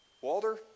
Walter